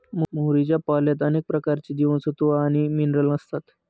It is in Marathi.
मोहरीच्या पाल्यात अनेक प्रकारचे जीवनसत्व आणि मिनरल असतात